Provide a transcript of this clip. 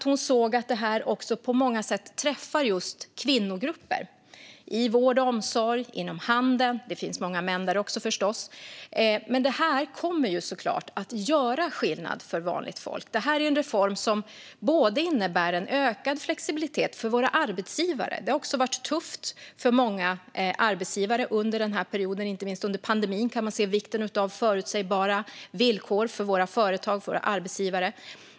Hon såg nämligen att detta på många sätt träffar just kvinnogrupper, i vård och omsorg och inom handeln - där finns även många män förstås. Detta kommer såklart att göra skillnad för vanligt folk. Det är en reform som innebär ökad flexibilitet för våra arbetsgivare. Det har varit tufft för många arbetsgivare under den här perioden. Inte minst under pandemin har man kunnat se vikten av förutsägbara villkor för våra företag och arbetsgivare.